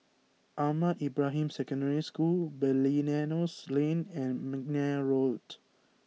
Ahmad Ibrahim Secondary School Belilios Lane and McNair Road